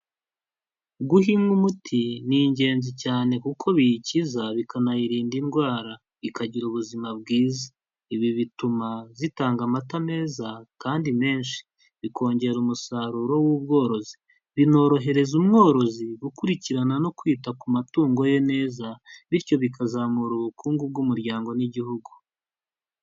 Guha inka umuti ni ingenzi cyane kuko biyikiza, bikanayirinda indwara ikagira ubuzima bwiza, ibi bituma zitanga amata meza kandi menshi, bikongera umusaruro w'ubworozi, binorohereza umworozi gukurikirana no kwita ku matungo ye neza, bityo bikazamura ubukungu bw'umuryango n'igihugu.